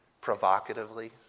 provocatively